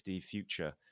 future